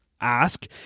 ask